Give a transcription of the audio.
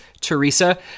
Teresa